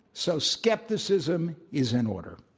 so skepticism is in order.